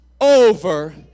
over